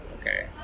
okay